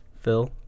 Phil